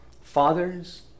Fathers